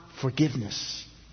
forgiveness